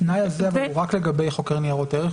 התנאי הזה הוא רק לגבי חוקרי ניירות ערך,